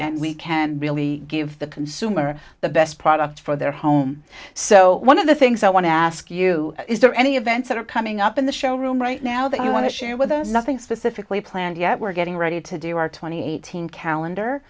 and we can really give the consumer the best product for their home so one of the things i want to ask you is there any events that are coming up in the show room right now that you want to share with us nothing specifically planned yet we're getting ready to do our twenty eighteen calendar